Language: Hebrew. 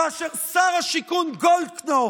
כאשר שר השיכון גולדקנופ